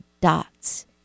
dots